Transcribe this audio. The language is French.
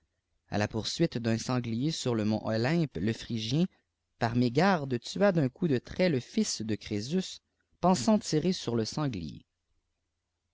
a la poursuite d'un sanglier sur le mont mympè te phrygiêfn pioir mégarde tua d'un coup de trait le fils de çt é ïs é wa t tirfei r le sanglier